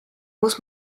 muss